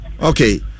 Okay